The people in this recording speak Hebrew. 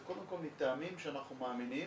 זה קודם כל מטעמים שאנחנו מאמינים